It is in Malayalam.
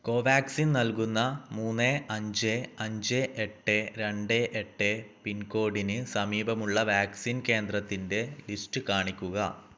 കോവാക്സിൻ നൽകുന്ന മൂന്ന് അഞ്ച് അഞ്ച് എട്ട് രണ്ട് എട്ട് പിൻകോഡിന് സമീപമുള്ള വാക്സിൻ കേന്ദ്രത്തിൻ്റെ ലിസ്റ്റ് കാണിക്കുക